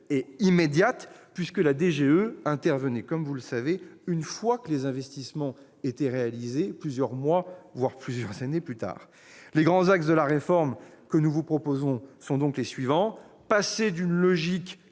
et immédiate, puisque la DGE intervenait, comme vous le savez, une fois les investissements réalisés, soit plusieurs mois, voire plusieurs années plus tard. Les grands axes de la réforme que nous vous proposons sont donc les suivants : tout d'abord,